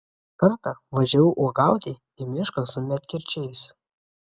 kartą važiavau uogauti į mišką su medkirčiais